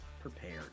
prepared